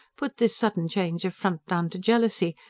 put this sudden change of front down to jealousy,